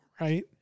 right